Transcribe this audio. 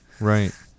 Right